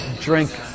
drink